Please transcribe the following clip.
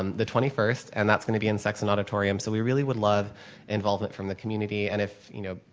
um the twenty first and that's going to be in sexson auditorium. so we really would love involvement from the community and if, you know,